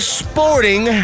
sporting